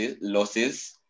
losses